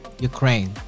Ukraine